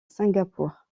singapour